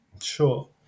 Sure